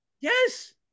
Yes